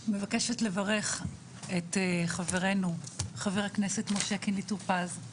אני מבקשת לברך את חברינו חבר הכנסת משה טור פז.